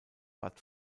bad